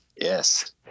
Yes